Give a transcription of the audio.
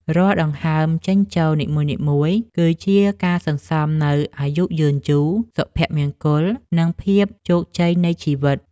រាល់ដង្ហើមចេញចូលនីមួយៗ គឺជាការសន្សំនូវអាយុយឺនយូរ សុភមង្គល និងភាពជោគជ័យនៃជីវិត។